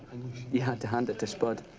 iyou had to hand it to spud.